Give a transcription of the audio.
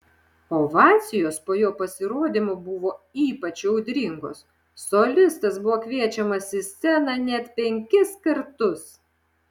ovacijos po jo pasirodymo buvo ypač audringos solistas buvo kviečiamas į sceną net penkis kartus